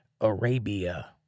Arabia